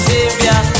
Savior